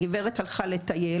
הגברת הלכה לטייל,